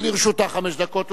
לרשותך חמש דקות.